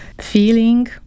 feeling